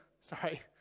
sorry